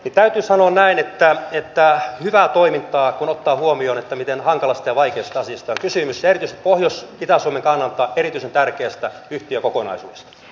täytyy sanoa näin että hyvää toimintaa kun ottaa huomioon miten hankalasta ja vaikeasta asiasta on kysymys ja erityisesti pohjois ja itä suomen kannalta erityisen tärkeästä yhtiökokonaisuudesta